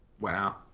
Wow